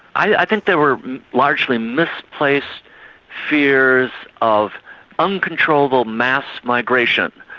i think they were largely misplaced fears of uncontrollable mass migration,